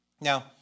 Now